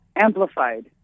amplified